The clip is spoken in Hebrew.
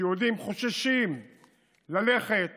שיהודים חוששים ללכת